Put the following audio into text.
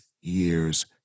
years